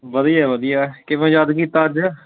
ਵਧੀਆ ਵਧੀਆ ਕਿਵੇਂ ਯਾਦ ਕੀਤਾ ਅੱਜ